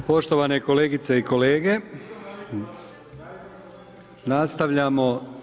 Poštovane kolegice i kolege, nastavljamo.